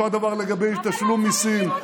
אותו הדבר לגבי תשלום מיסים.